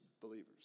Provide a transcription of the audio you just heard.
believers